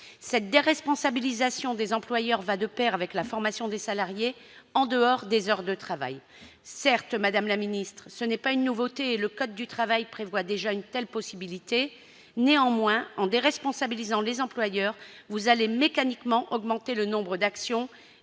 Cette déresponsabilisation des employeurs va de pair avec la formation des salariés en dehors des heures de travail. Certes, madame la ministre, ce n'est pas une nouveauté et le code du travail prévoit déjà une telle possibilité. Néanmoins, en déresponsabilisant les employeurs, vous allez mécaniquement augmenter le nombre d'actions